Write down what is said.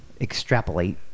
extrapolate